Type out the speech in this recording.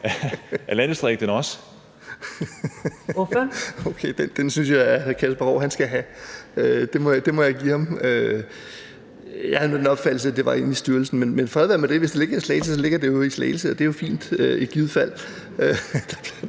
Jacob Jensen (V): Okay, den synes jeg at hr. Kasper Roug skal have. Det må jeg give ham. Jeg havde den opfattelse, at det var inde i styrelsen, men fred være med det. Hvis det ligger i Slagelse, ligger det jo i Slagelse, og det er i givet fald